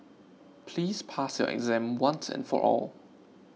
please pass your exam once and for all